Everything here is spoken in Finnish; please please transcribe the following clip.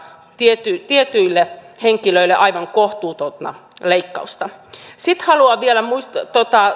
tietyille tietyille henkilöille aivan kohtuutonta leikkaus ta sitten haluan vielä